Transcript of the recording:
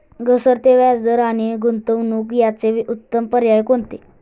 घसरते व्याजदर आणि गुंतवणूक याचे उत्तम पर्याय कोणते?